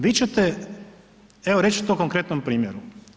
Vi ćete, evo reći ću to na konkretnom primjeru.